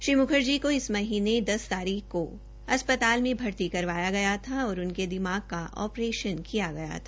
श्री मुखर्जी को इस महीने दस तारीख को अस्पताल में भर्ती करवाया गया था और उनके दिमाग का ओप्रेशन किया गया था